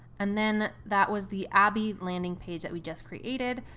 and then that was the abby landing page that we just created.